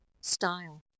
style